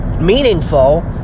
meaningful